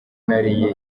nariye